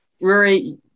Rory